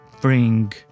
bring